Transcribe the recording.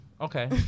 Okay